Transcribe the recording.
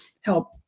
help